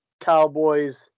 Cowboys